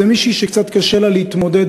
זאת מישהי שקצת קשה לה להתמודד